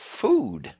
food